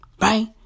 Right